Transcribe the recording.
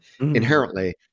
inherently